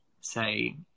say